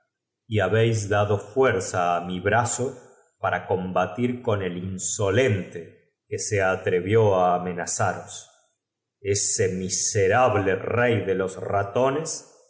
y habéis dado fuerza á mi braúltimo rincón de la tercer tabla del arma zo para combatir con el insolente que se rio como fritz había supuesto no opuso atrevió á amenazaros ese miserable rey la menor dificultad á entregar su sable de los ratones